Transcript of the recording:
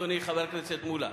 אדוני חבר הכנסת מולה,